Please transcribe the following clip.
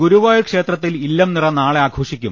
ഗുരുവായൂർ ക്ഷേത്രത്തിൽ ഇല്ലംനിറ നാളെ ആഘോഷിക്കും